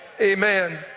Amen